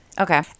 Okay